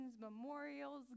memorials